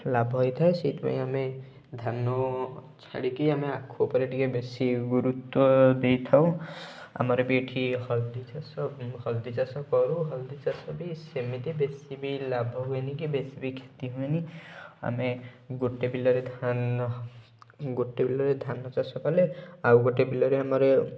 ଲାଭ ହେଇଥାଏ ସେଇଥିପାଇଁ ଆମେ ଧାନ ଛାଡ଼ିକି ଆମେ ଆଖୁ ଉପରେ ଟିକେ ବେଶୀ ଗୁରୁତ୍ଵ ଦେଇଥାଉ ଆମର ବି ଏଇଠି ହଳଦୀ ଚାଷ ହଳଦୀ ଚାଷ କରୁ ହଳଦୀ ଚାଷ ବି ସେମିତି ବେଶୀ ବି ଲାଭ ହୁଏନି କି ବେଶୀ ବି କ୍ଷତି ହୁଏନି ଆମେ ଗୋଟେ ବିଲରେ ଧାନ ଗୋଟେ ବିଲରେ ଧାନ ଚାଷ କଲେ ଆଉ ଗୋଟେ ବିଲରେ ଆମର